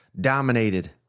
dominated